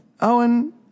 Owen